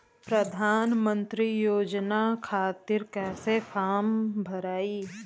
प्रधानमंत्री योजना खातिर कैसे फार्म भराई?